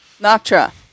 Noctra